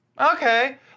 Okay